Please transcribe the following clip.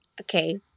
okay